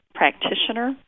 practitioner